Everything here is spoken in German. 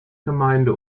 gemeinde